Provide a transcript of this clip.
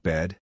Bed